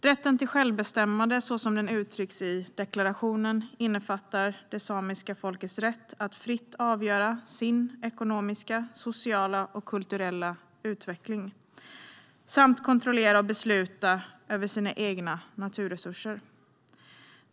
Rätten till självbestämmande, så som den uttrycks i deklarationen, innefattar det samiska folkets rätt att fritt avgöra sin ekonomiska, sociala och kulturella utveckling samt kontrollera och besluta över sina egna naturresurser.